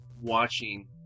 watching